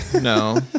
No